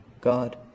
God